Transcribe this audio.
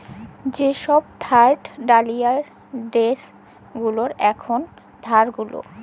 যে সব থার্ড ডালিয়ার ড্যাস গুলার এখুল ধার গুলা